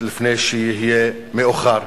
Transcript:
לפני שיהיה מאוחר.